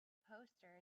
poster